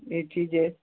ये चीज है